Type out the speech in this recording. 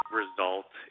result